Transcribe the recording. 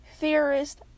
theorist